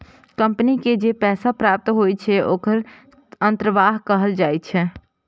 company के जे पैसा प्राप्त होइ छै, ओखरा अंतर्वाह कहल जाइ छै